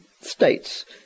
states